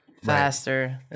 faster